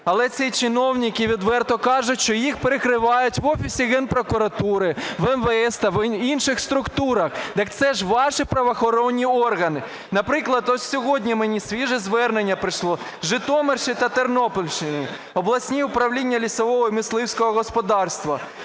але ці чиновники відверто кажуть, що їх прикривають в Офісі Генпрокуратури, в МВС та в інших структурах. Так це ж ваші правоохоронні органи! Наприклад, ось сьогодні мені свіже звернення прийшло з Житомирщини та Тернопільщини, обласні управління лісового мисливського господарства,